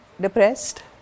depressed